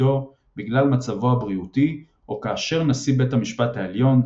תפקידו בגלל מצבו הבריאותי או כאשר נשיא בית המשפט העליון,